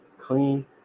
clean